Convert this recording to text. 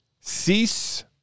cease